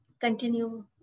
Continue